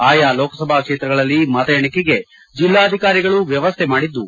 ಆಯಾ ಲೋಕಸಭಾ ಕ್ಷೇತ್ರಗಳಲ್ಲಿ ಮತ ಎಣಿಕೆಗೆ ಜಿಲ್ಲಾಧಿಕಾರಿಗಳು ವ್ಯವಸ್ಥೆ ಮಾಡಿದ್ದು